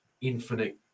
infinite